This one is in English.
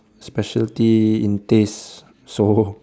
speciality in taste so